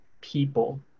people